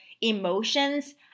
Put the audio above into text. emotions